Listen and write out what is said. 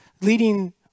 leading